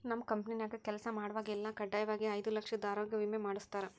ನಮ್ ಕಂಪೆನ್ಯಾಗ ಕೆಲ್ಸ ಮಾಡ್ವಾಗೆಲ್ಲ ಖಡ್ಡಾಯಾಗಿ ಐದು ಲಕ್ಷುದ್ ಆರೋಗ್ಯ ವಿಮೆ ಮಾಡುಸ್ತಾರ